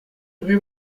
rue